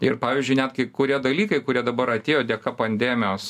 ir pavyzdžiui net kai kurie dalykai kurie dabar atėjo dėka pandemijos